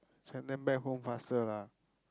send them back home faster lah